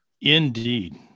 indeed